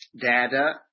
data